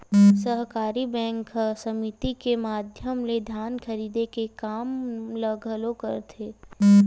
सहकारी बेंक ह समिति के माधियम ले धान खरीदे के काम ल घलोक करथे